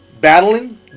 battling